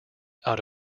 out